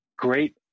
great